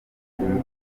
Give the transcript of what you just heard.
gukuramo